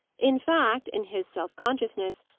in fact, in his self-consciousness,